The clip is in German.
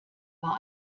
war